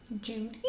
Judy